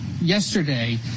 yesterday